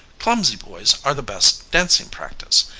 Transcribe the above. clumsy boys are the best dancing practice.